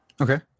Okay